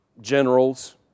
generals